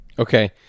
Okay